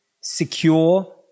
secure